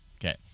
Okay